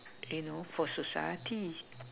you know for society